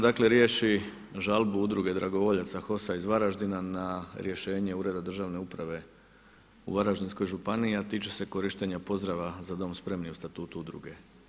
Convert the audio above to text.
Dakle, riješi žalbu Udruge dragovoljaca HOS-a iz Varaždina na rješenje Uredba državne uprave u Varaždinskoj županiji, a tiče se korištenja pozdrava „za Dom spremni“ u statutu udruge.